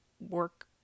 work